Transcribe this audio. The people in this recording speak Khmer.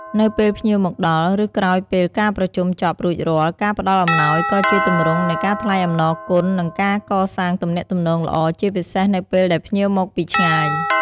នៅពេលភ្ញៀវមកដល់ ឬក្រោយពេលការប្រជុំចប់រួចរាល់ ការផ្តល់អំណោយ ក៏ជាទម្រង់នៃការថ្លែងអំណរគុណ និងការកសាងទំនាក់ទំនងល្អ ជាពិសេសនៅពេលដែលភ្ញៀវមកពីឆ្ងាយ។